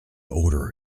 order